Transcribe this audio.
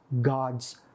God's